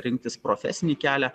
rinktis profesinį kelią